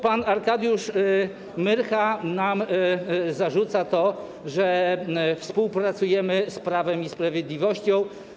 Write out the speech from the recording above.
Pan Arkadiusz Myrcha zarzuca nam, że współpracujemy z Prawem i Sprawiedliwością.